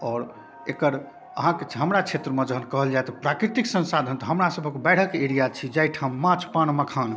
आओर एकर अहाँके हमरा क्षेत्रमे जहन कहल जाए तऽ प्राकृतिक सँसाधन तऽ हमरासबके बाढ़िके एरिआ छी जाहिठाम माँछ पान मखान